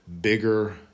bigger